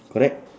correct